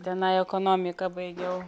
tenai ekonomiką baigiau